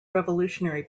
revolutionary